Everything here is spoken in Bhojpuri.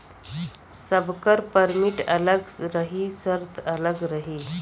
सबकर परमिट अलग रही सर्त अलग रही